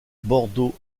bordeaux